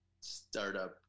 startup